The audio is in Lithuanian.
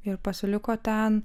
ir pasiliko ten